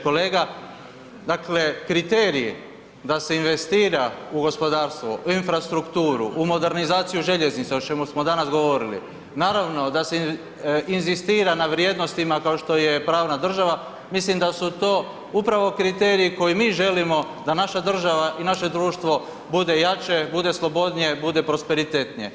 Kolega, dakle kriterij da se investira u gospodarstvo, u infrastrukturu, u modernizaciju željeznica o čemu smo danas govorili, naravno da se inzistira na vrijednostima kao što je pravna država, mislim da su to upravo kriteriji koje mi želimo da naša država i naše društvo bude jače, bude slobodnije, bude prosperitetnije.